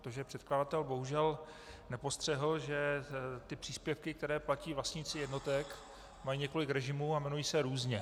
Protože předkladatel bohužel nepostřehl, že ty příspěvky, které platí vlastníci jednotek, mají několik režimů a jmenují se různě.